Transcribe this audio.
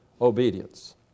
obedience